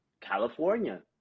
California